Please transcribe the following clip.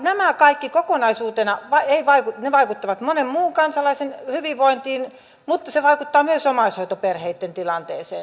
nämä kaikki kokonaisuutena vaikuttavat monen muun kansalaisen hyvinvointiin mutta se vaikuttaa myös omaishoitoperheitten tilanteeseen